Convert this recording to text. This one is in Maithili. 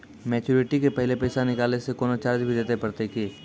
मैच्योरिटी के पहले पैसा निकालै से कोनो चार्ज भी देत परतै की?